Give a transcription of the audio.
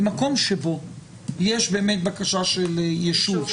במקום שבו יש באמת בקשה של יישוב,